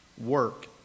work